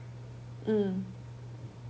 mm